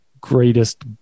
greatest